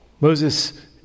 Moses